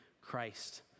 Christ